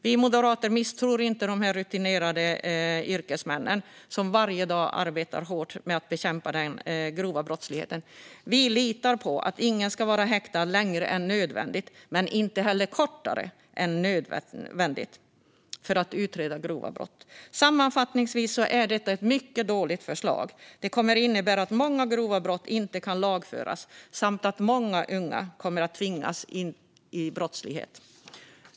Vi moderater misstror inte dessa rutinerade yrkesmän, som varje dag arbetar hårt med att bekämpa den grova brottsligheten. Vi litar på att ingen kommer att hållas häktad längre än nödvändigt, men inte heller kortare än nödvändigt, för att utreda grova brott. Sammanfattningsvis är detta ett mycket dåligt förslag. Det kommer att innebära att många grova brott inte kan lagföras samt att många unga kommer att tvingas in i brottslighet.